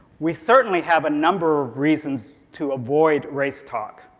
we certainly have number of reasons to avoid race talk.